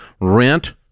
rent